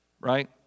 right